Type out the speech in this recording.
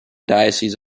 diocese